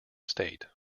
state